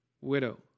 widow